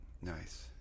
Nice